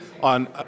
on